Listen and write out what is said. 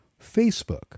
Facebook